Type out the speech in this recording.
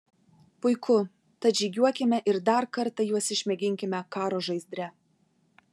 puiku tad žygiuokime ir dar kartą juos išmėginkime karo žaizdre